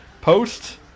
Post